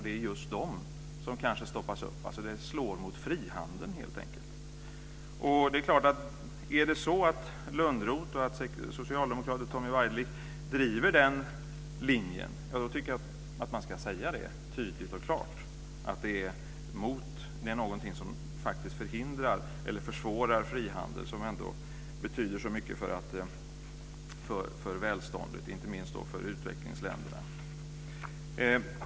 Det är just den som kanske stoppas upp, dvs. detta slår helt enkelt mot frihandeln. Waidelich driver den linjen så tycker jag att de ska säga det tydligt och klart. Detta är någonting som faktiskt försvårar frihandeln, som ändå betyder så mycket för välståndet - inte minst i utvecklingsländerna.